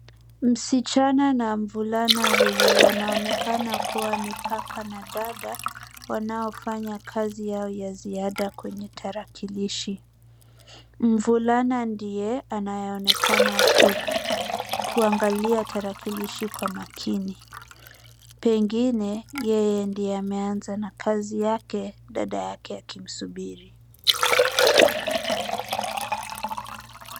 Msichana na mvulana huyu wanaonekana kuwa ni kaka na dada wanaofanya kazi yao ya ziada kwenye tarakilishi. Mvulana ndiye anayeonekana kuangalia tarakilishi kwa makini. Pengine yeye ndiye ameanza na kazi yake, dada yake akimsubiri.